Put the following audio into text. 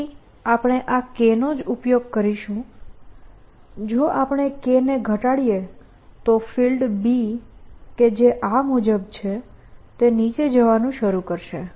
ફરીથી આપણે આ K નો જ ઉપયોગ કરીશું જો આપણે K ને ઘટાડીએ તો ફિલ્ડ B કે જે આ મુજબ છે તે નીચે જવાનું શરૂ કરશે